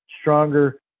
stronger